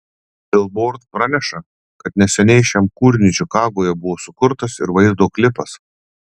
bilbord praneša kad neseniai šiam kūriniui čikagoje buvo sukurtas ir vaizdo klipas